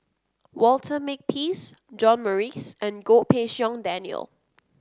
Walter Makepeace John Morrice and Goh Pei Siong Daniel